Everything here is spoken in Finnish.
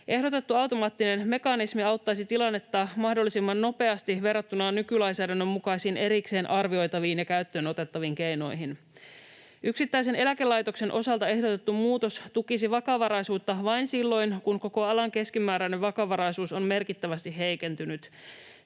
Ehdotettu automaattinen mekanismi auttaisi tilannetta mahdollisimman nopeasti verrattuna nykylainsäädännön mukaisiin erikseen arvioitaviin ja käyttöönotettaviin keinoihin. Yksittäisen eläkelaitoksen osalta ehdotettu muutos tukisi vakavaraisuutta vain silloin, kun koko alan keskimääräinen vakavaraisuus on merkittävästi heikentynyt.